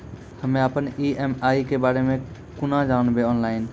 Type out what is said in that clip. हम्मे अपन ई.एम.आई के बारे मे कूना जानबै, ऑनलाइन?